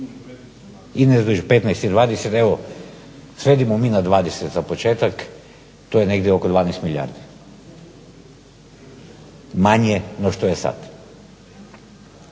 između 15 i 20, evo svedimo mi na 20 za početak, to je negdje oko 12 milijardi manje no što je sad.